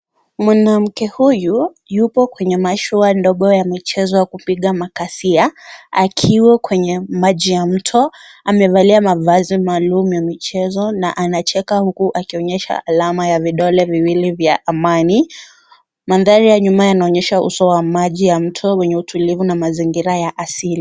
Mwanamke huyu Yuko kwenye mashua ndogo ya michezo ya kupiga akiwa Kwenye majina mto, amevalia mavazi maalum ya michezo na anacheka huku akionyesha alama ya vidole viwili vya Amani. Mandhari ya nyuma yanaonyesha uso wa maji ya mto wenye utulivu na mazingira ya asili.